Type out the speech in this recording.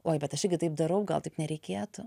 oi bet aš iri taip darau gal taip nereikėtų